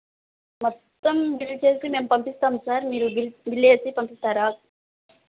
మొత్తం బిల్ చేసి మేము పంపిస్తాం సార్ మీరు బిల్ వేసి పంపిస్తారా